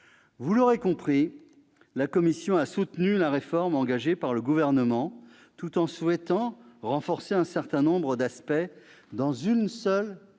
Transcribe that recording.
Vous l'aurez compris, la commission a soutenu la réforme engagée par le Gouvernement, tout en souhaitant renforcer un certain nombre d'aspects, et ce dans une seule perspective